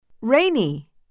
rainy